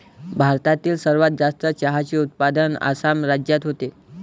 भारतातील सर्वात जास्त चहाचे उत्पादन आसाम राज्यात होते